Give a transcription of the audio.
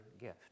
gift